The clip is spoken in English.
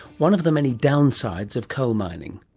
one of the many downsides of coal mining.